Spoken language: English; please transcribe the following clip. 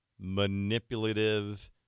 manipulative